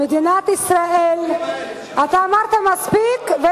במדינת ישראל, אתה אמרת מספיק.